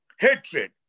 hatred